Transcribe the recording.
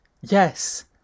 yes